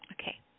Okay